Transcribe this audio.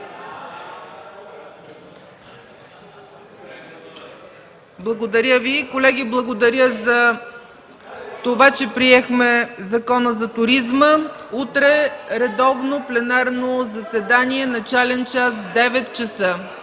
не е прието. Колеги, благодаря за това, че приехме Закона за туризма. Утре – редовно пленарно заседание с начален час 9,00 ч.